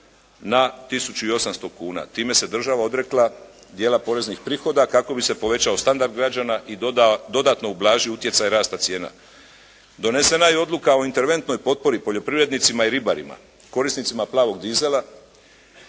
i 800 kuna. Time se država odrekla dijela poreznih prihoda kako bi se povećao standard građana i dodatno ublažio utjecaj rasta cijena. Donesena je odluka o interventnoj potpori poljoprivrednicima i ribarima, korisnicima plavog dizela,